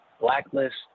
blacklist